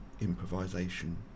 improvisation